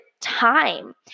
time